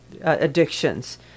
addictions